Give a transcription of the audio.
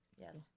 yes